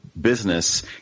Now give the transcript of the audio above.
business